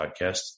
podcast